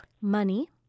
Money